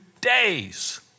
days